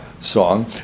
song